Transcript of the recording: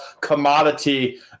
commodity